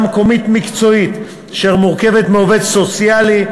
מקומית מקצועית אשר מורכבת מעובד סוציאלי,